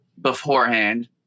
beforehand